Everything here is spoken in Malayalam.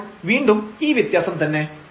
അപ്പോൾ വീണ്ടും ഈ വ്യത്യാസം തന്നെ